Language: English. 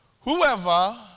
whoever